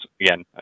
again